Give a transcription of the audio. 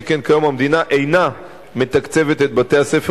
שכן כיום המדינה אינה מתקצבת את בתי-ספר